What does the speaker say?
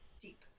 deep